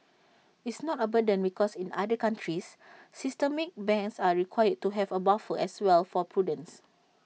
it's not A burden because in other countries systemic banks are required to have A buffer as well for prudence